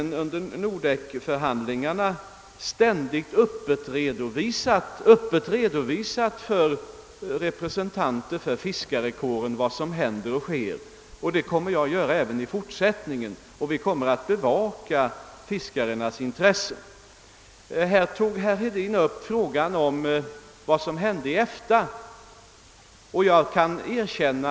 Jag har under Nordekförhandlingarna heia tiden öppet redovisat för representanter för den svenska fiskarkåren vad som förekommit, och det ämnar jag göra även i fortsättningen. Vi kommer att bevaka fiskarnas intressen i detta sammanhang. Herr Hedin tog upp frågan om vad som hände på detta område i samband med EFTA-överenskommelsen.